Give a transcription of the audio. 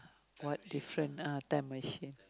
what different ah time machine